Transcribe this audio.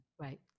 right